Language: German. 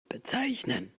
bezeichnen